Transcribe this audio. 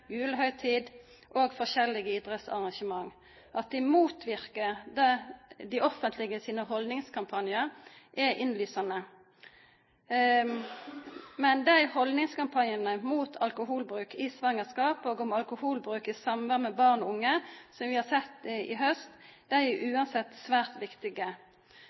og forskjellige idrettsarrangement. At dei motverkar det offentlege sine haldningskampanjar er innlysande. Men dei haldningskampanjane mot alkoholbruk i svangerskap og om alkoholbruk i samband med barn og unge som vi har sett i haust, er uansett svært viktige.